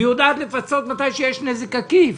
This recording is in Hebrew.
והיא יודעת לפצות כאשר יש נזק עקיף,